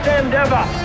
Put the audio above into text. endeavor